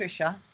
Tricia